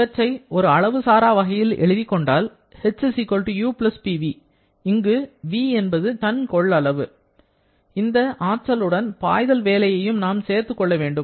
இவற்றை ஒரு அளவு சாரா வகையில் எழுதிக் கொண்டால் h u Pv இங்கு v என்பது தன்கொள்ளளவு இந்த அக ஆற்றலுடன் பாய்தல் வேலையையும் நாம் சேர்த்துக் கொள்ள வேண்டும்